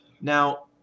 Now